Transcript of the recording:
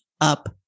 up